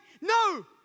No